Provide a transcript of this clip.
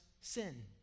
sin